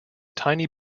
tiny